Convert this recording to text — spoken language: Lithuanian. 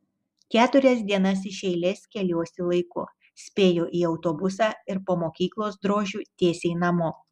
keturias dienas iš eilės keliuosi laiku spėju į autobusą ir po mokyklos drožiu tiesiai namo